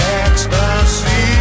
ecstasy